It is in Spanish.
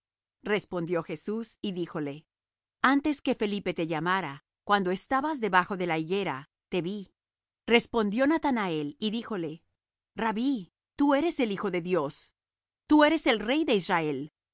respondió jesús y díjole antes que felipe te llamara cuando estabas debajo de la higuera te vi respondió natanael y díjole rabbí tú eres el hijo de dios tú eres el rey de israel